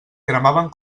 cremaven